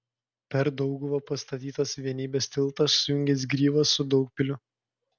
per dauguvą pastatytas vienybės tiltas sujungęs gryvą su daugpiliu